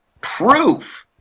proof